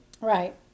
Right